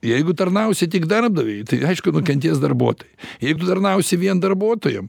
jeigu tarnausi tik darbdaviui tai aišku nukentės darbuotojai jeigu tu tarnausi vien darbuotojam